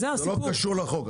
זה לא קשור לחוק.